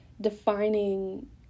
defining